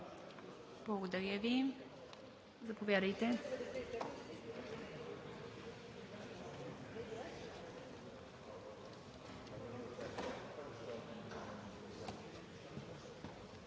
Благодаря Ви. Заповядайте,